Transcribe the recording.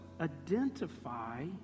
identify